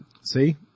See